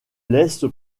laisse